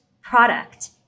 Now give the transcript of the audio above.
product